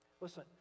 Listen